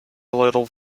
little